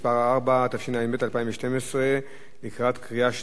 לפיכך אני קובע שההצעה אושרה בקריאה ראשונה ותעבור לוועדת החוקה,